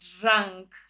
drunk